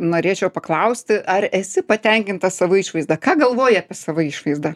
norėčiau paklausti ar esi patenkinta savo išvaizda ką galvoji apie savo išvaizdą